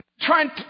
trying